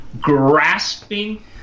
grasping